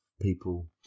people